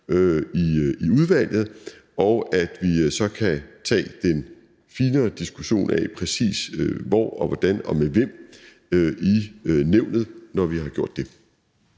i udvalget; og at vi så i Nævnet kan tage den finere diskussion af, præcis hvor og hvordan og med hvem, når vi har gjort det.